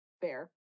fair